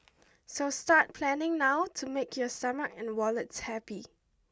so start planning now to make your stomach and wallets happy